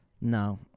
No